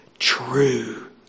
True